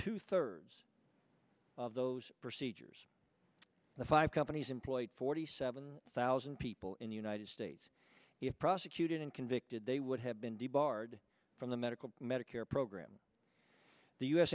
two thirds of those procedures the five companies employ forty seven thousand people in the united states if prosecuted and convicted they would have been d barred from the medical medicare program the u